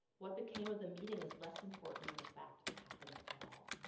what became of the meeting is less important than the fact it happened at all.